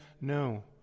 No